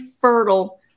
fertile